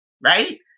Right